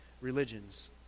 religions